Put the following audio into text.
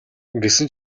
гэсэн